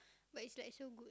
but it's like so good